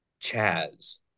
Chaz